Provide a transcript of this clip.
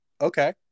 okay